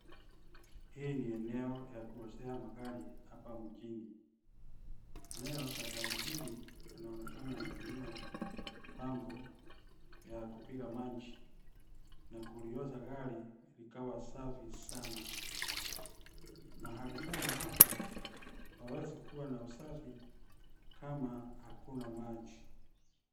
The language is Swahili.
Hii ni eneo ya kuoshea magari hapa mjini. Anayeosha gari hili anaonekana anatumia pampu ya kupiga maji na kuliosha gari likawa safi sana. Mahali kama hapa hapawezi kuwa na usafi kama hakuna maji.